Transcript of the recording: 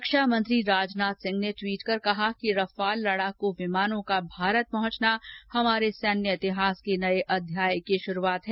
रक्षा मंत्री राजनाथ सिंह ने ट्वीट कर कहा कि रफाल लड़ाकू विमानों का भारत पहुंचना हमारे सैन्य इतिहास के नये अध्याय की शुरुआत है